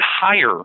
higher